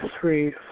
three